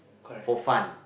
for fun